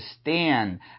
stand